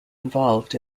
involved